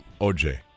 OJ